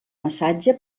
massatge